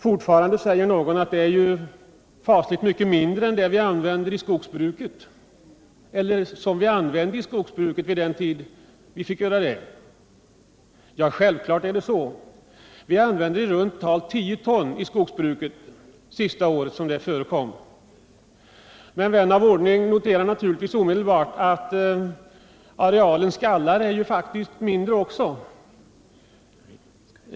Fortfarande säger kanske någon att det är fasligt mycket mindre än den mängd vi använde i skogsbruket på den tiden då vi fick göra det. Självfallet är det så. Sista året det förekom använde vi i runt tal 10 ton i skogsbruket. Men vän av ordning noterar naturligtvis omedelbart att skallarnas areal faktiskt är mindre än arealen skog.